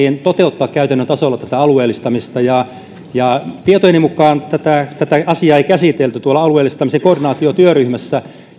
toteuttaa käytännön tasolla tätä alueellistamista tietojeni mukaan tätä tätä asiaa ei käsitelty alueellistamisen koordinaatiotyöryhmässä